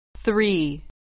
Three